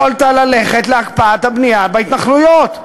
יכולת ללכת להקפאת הבנייה בהתנחלויות,